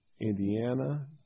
Indiana